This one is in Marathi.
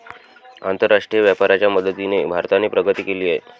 आंतरराष्ट्रीय व्यापाराच्या मदतीने भारताने प्रगती केली आहे